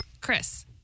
Chris